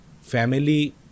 family